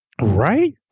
right